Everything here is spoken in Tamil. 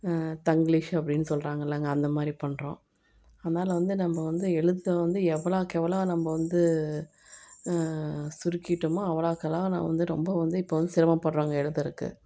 தங்கிலீஷ் அப்படினு சொல்லுறாங்கல்லங்க அந்த மாதிரி பண்ணுறோம் அதனால் வந்து நம்ப வந்து எழுத்த வந்து எவ்வளோக்கு எவ்வளோ நம்ப வந்து சுருக்கிவிட்டோமோ அவ்வளோக்கு அளவு நம்ப வந்து ரொம்ப வந்து இப்போ வந்து சிரமபடறோம்ங்க எழுதுகிறதுக்கு